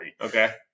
Okay